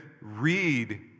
read